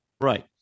Right